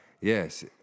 yes